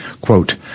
Quote